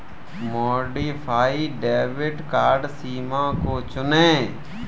modified debit card सीमा को चुनें